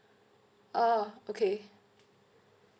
ah okay